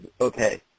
okay